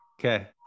Okay